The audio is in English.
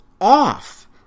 off